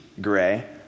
gray